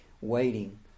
waiting